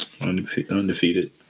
undefeated